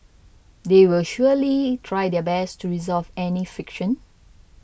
they will surely try their best to resolve any friction